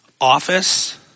Office